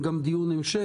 גם דיון המשך.